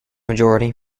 majority